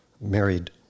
married